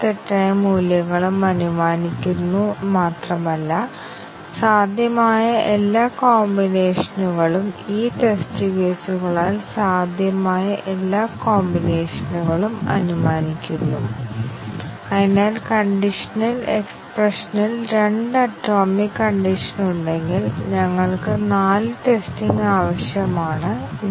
statement coverage ടെസ്റ്റിംഗിലെ ആശയം എല്ലാ സ്റ്റേറ്റ്മെന്റുകളും ടെസ്റ്റ് കേസുകളുടെ ഗണത്തിൽ ഉൾപ്പെടുത്തണം എന്നതാണ് കാരണം ഒരു സ്റ്റേറ്റ്മെന്റ് നിർവ്വഹിച്ചില്ലെങ്കിൽ ഒരു തവണയെങ്കിലും ആ പ്രസ്താവനയിൽ എന്തെങ്കിലും പ്രശ്നമുണ്ടോ എന്ന് നിങ്ങൾക്കറിയില്ല അതാണ് പ്രധാന ആശയം ഇവിടെ